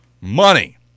money